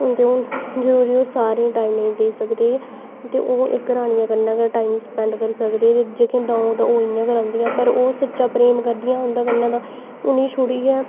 जेकर ओह् सारें ई टाइम नेईं देई सकदे ते ओह् इक रानियां कन्नै गै टाइम स्पैंड करी सकदे ते जेह्कियां द'ऊं हियां ओह् इ'यां गै रौंह्दियां पर ओह् सच्चा प्रेम करदियां उं'दे कन्नै तां उ'नेंई छुडियै